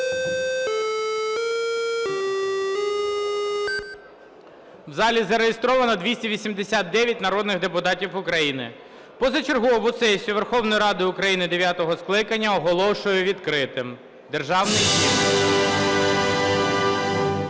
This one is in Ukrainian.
В залі зареєстровано 289 народних депутатів України. Позачергову сесію Верховної Ради України оголошую відкритою. Державний Гімн.